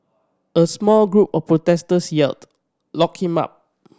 a small group of protesters yelled lock him up